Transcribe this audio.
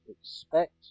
expect